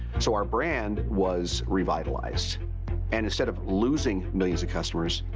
so our brand was revitalized and instead of losing millions of customers,